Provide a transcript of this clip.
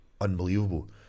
unbelievable